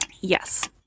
Yes